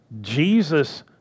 Jesus